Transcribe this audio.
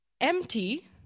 empty